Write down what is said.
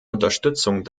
unterstützung